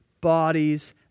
bodies